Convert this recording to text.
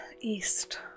east